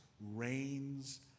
reigns